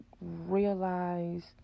realize